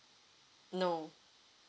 no